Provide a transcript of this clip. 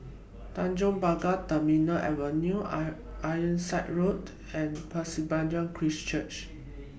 Tanjong Pagar Terminal Avenue iron Ironside Road and Pasir Panjang Christ Church